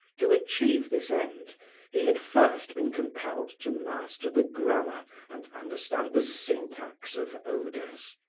to achieve this end he had first been compelled to master the grammar and understand the syntax of odors,